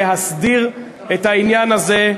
לטרנספר, להסדיר את העניין הזה.